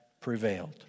prevailed